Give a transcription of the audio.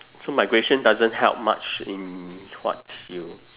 so migration doesn't help much in what you